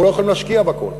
אנחנו לא יכולים להשקיע בכול,